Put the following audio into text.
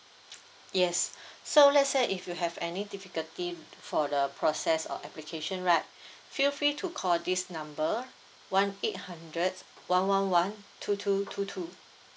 yes so let's say if you have any difficulty for the process or application right feel free to call this number one eight hundred one one one two two two two